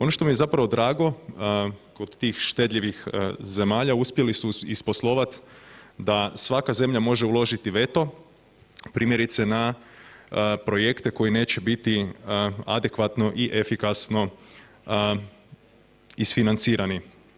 Ono što mi je zapravo drago kod tih štedljivih zemalja uspjeli su isposlovati da svaka zemlja može uložiti veto primjerice na projekte koji neće biti adekvatno i efikasno isfinancirani.